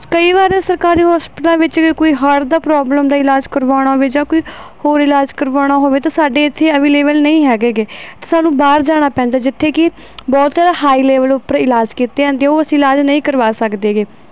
ਕਈ ਵਾਰ ਸਰਕਾਰੀ ਹੋਸਪੀਟਲਾਂ ਵਿੱਚ ਜੇ ਕੋਈ ਹੜ ਦਾ ਪ੍ਰੋਬਲਮ ਦਾ ਇਲਾਜ ਕਰਵਾਉਣਾ ਹੋਵੇ ਜਾਂ ਕੋਈ ਹੋਰ ਇਲਾਜ ਕਰਵਾਉਣਾ ਹੋਵੇ ਤਾਂ ਸਾਡੇ ਇੱਥੇ ਐਵੇਲੇਬਲ ਨਹੀਂ ਹੈਗੇ ਗੇ ਅਤੇ ਸਾਨੂੰ ਬਾਹਰ ਜਾਣਾ ਪੈਂਦਾ ਜਿੱਥੇ ਕਿ ਬਹੁਤ ਹਾਈ ਲੈਵਲ ਉੱਪਰ ਇਲਾਜ ਕੀਤੇ ਜਾਂਦੇ ਉਹ ਅਸੀਂ ਇਲਾਜ ਨਹੀਂ ਕਰਵਾ ਸਕਦੇ ਹੈਗੇ